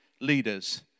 leaders